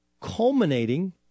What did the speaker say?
culminating